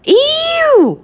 !eww!